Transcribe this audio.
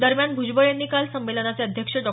दरम्यान भ्जबळ यांनी काल संमेलनाचे अध्यक्ष डॉ